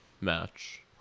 match